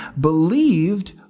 believed